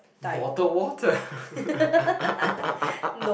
bottled water